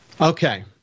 Okay